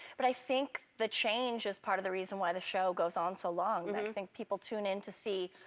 but i think the change is part of the reason why the show goes on so long, i and think people tune and to see.